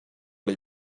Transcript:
les